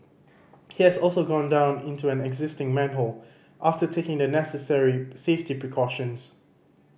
he has also gone down into an existing manhole after taking the necessary safety precautions